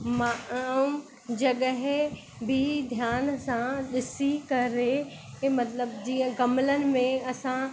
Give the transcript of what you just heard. मां अम जॻहि बि ध्यान सां ॾिसी करे मतिलबु जीअं गमलनि में असां